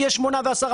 כי יש 8% ו-10%,